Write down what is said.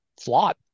flawed